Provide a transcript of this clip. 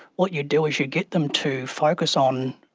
what you'd do is you get them to focus on,